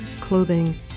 clothing